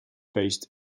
based